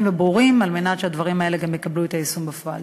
וברורים על מנת שהדברים האלה גם יקבלו את היישום בפועל.